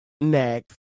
Next